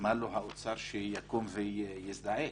מה לו האוצר שיקום ויזדעק?